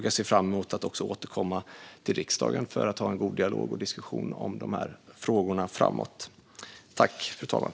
Jag ser fram emot att återkomma till riksdagen för att ha en god dialog och diskussion om de här frågorna och föra dem framåt.